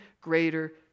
greater